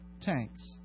tanks